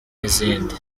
n’izindi